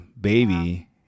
baby